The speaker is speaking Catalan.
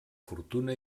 fortuna